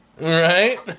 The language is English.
Right